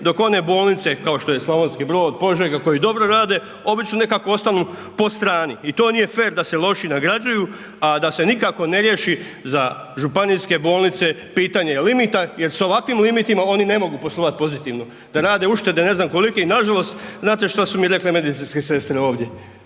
dok one bolnice kao što je Slavonski brod, Požega, koji dobro rade obično nekako ostanu po strani. I to nije fer da se loši nagrađuju a da se nikako ne riješi za županijske bolnice pitanje limita jer s ovakvim limitima oni ne mogu poslovati pozitivno, da rade uštede ne znam kolike. I nažalost, znate što su mi rekle medicinske sestre ovdje